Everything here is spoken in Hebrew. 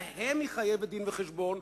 להם היא חייבת דין-וחשבון,